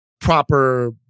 proper